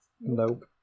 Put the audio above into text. Nope